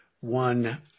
one